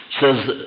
says